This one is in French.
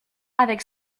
avec